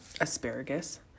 asparagus